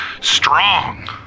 strong